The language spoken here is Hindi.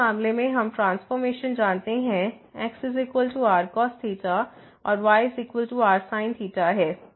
तो इस मामले में हम ट्रांसफॉरमेशन जानते हैं x rcos ϴ और y rsin ϴ है